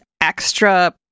extra